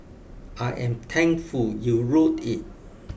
I am thankful you wrote it